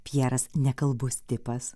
pjeras nekalbus tipas